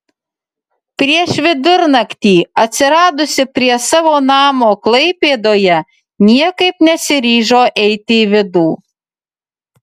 prieš vidurnakti atsiradusi prie savo namo klaipėdoje niekaip nesiryžo eiti į vidų